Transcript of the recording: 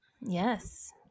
Yes